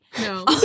No